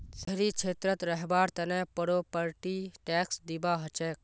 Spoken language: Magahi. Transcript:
शहरी क्षेत्रत रहबार तने प्रॉपर्टी टैक्स दिबा हछेक